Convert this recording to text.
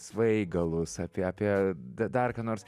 svaigalus apie apie da dar ką nors